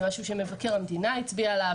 זה משהו שמבקר המדינה הצביע עליו,